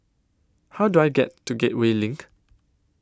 How Do I get to Gateway LINK